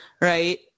right